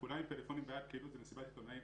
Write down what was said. המצב הוא שכולם עם פלאפונים ביד כאילו זה מסיבת עיתונאים,